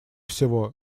всего